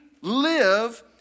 live